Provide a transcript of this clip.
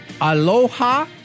aloha